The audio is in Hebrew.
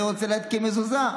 אני רוצה להתקין מזוזה.